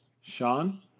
Sean